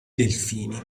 delfini